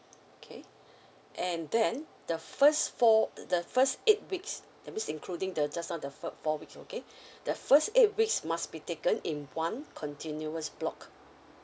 okay and then the first four the first eight weeks that means including the just now the four four weeks okay the first eight weeks must be taken in one continuous block